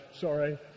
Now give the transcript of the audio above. Sorry